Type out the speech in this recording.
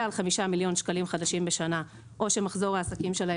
על חמישה מיליון שקלים חדשים בשנה או שמחזור העסקים שלהם